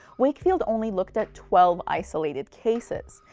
wakefield only looked at twelve isolated cases.